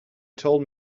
told